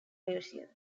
museum